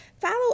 Follow